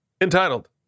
Entitled